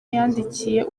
yandikiye